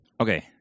Okay